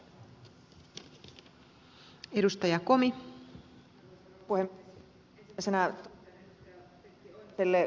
ensimmäisenä totean ed